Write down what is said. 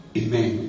Amen